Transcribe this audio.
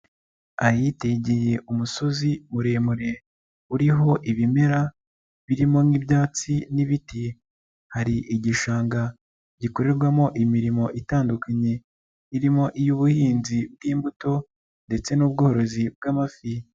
Ahitegeye umusozi muremure, uriho ibimera birimo nk'ibyatsi n'ibiti. Hari igishanga gikorerwamo imirimo itandukanye, irimo iy'ubuhinzi bw'imbuto ndetse n'ubworozi bw'amafi.